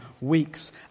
weeks